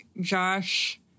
Josh